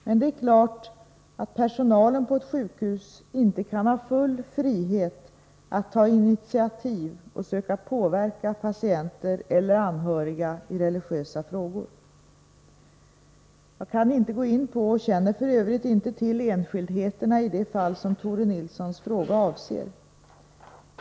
Men det är klart att personalen på ett sjukhus inte kan ha full frihet att ta initiativ och söka påverka patienter eller anhöriga i religiösa frågor. Jag kan inte gå in på och känner f. ö. inte till enskildheterna i det fall som Tore Nilssons fråga avser.